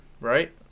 right